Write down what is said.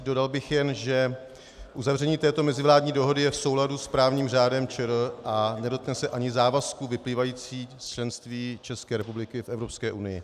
Dodal bych jen, že uzavření této mezivládní dohody je v souladu s právním řádem ČR a nedotkne se ani závazků vyplývajících z členství České republiky v Evropské unii.